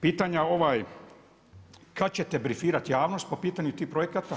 Pitanja, kad ćete brifirati javnost po pitanju tih projekata?